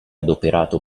adoperato